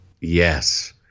Yes